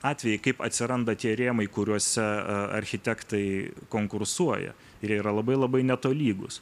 atvejai kaip atsiranda tie rėmai kuriuose architektai konkursuoja ir jie yra labai labai netolygus